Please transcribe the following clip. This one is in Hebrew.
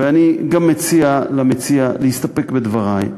ואני גם מציע למציע להסתפק בדברי.